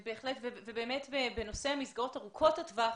בנושא המסגרות ארוכות הטווח,